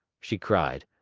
she cried.